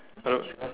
hello